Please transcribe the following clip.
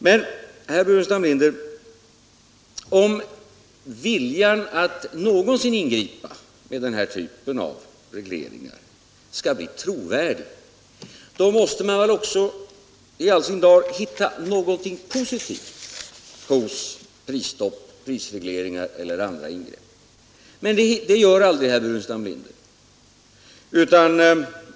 Men, herr Burenstam Linder, om viljan att någonsin ingripa med den här typen av regleringar skall bli trovärdig, måste man väl också i all sin dar hitta något positivt hos prisstopp, prisregleringar eller andra ingripanden. Men det gör aldrig herr Burenstam Linder.